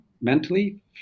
mentally